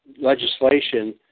legislation